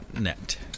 net